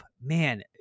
man